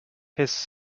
his